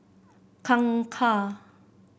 Kangkar